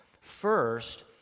First